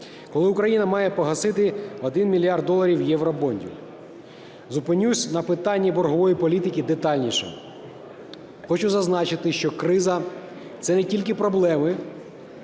коли Україна має погасити 1 мільярд доларів євробондів. Зупинюсь на питанні боргової політики детальніше. Хочу зазначити, що криза – це не тільки проблеми,